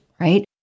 right